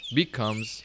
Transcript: becomes